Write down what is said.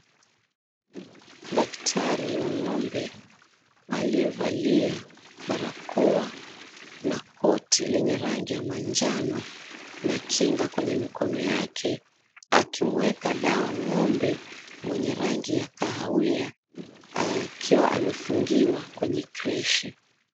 Daktari wa ng’ombe aliyevalia barakoa na koti lenye rangi ya manjano na kinga kwenye mikono yake, akimueka dawa ng’ombe mwenye rangi ya kahawia akiwa amefungiwa kwenye kreshe.